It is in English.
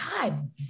God